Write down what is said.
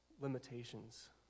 limitations